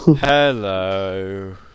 Hello